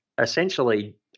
essentially